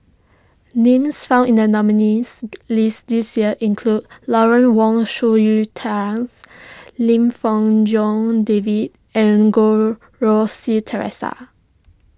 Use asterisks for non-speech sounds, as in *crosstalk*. names found in the nominees' list this year include Lawrence Wong Shyun *unintelligible* Lim Fong Jock David and Goh Rui Si theresa